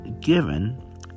given